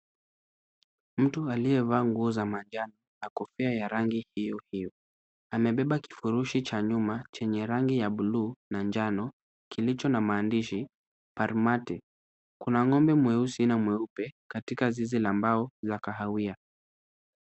Mtu aliyevaa nguo za manjano na kofia ya rangi hiyo hiyo, amebeba kivurushi cha nyuma chenye rangi ya buluu na njano chenye maandishi Palmatic ,Kuna ng'ombe mweusi na mweupe katika zizi la mbao la kahawia .